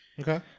Okay